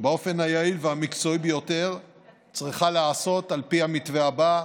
באופן היעיל והמקצועי ביותר צריכה להיעשות על פי המתווה הבא,